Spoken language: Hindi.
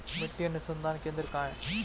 मिट्टी अनुसंधान केंद्र कहाँ है?